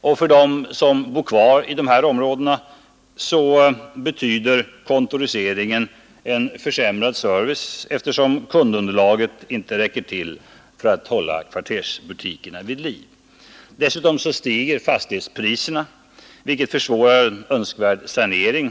Och för dem som bor kvar i dessa områden betyder kontoriseringen försämrad service, eftersom kundunderlaget inte räcker till för att hålla kvartersbutikerna vid liv. Dessutom stiger fastighetspriserna, vilket försvårar önskvärd sanering.